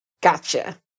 Gotcha